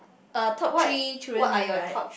uh top three children name right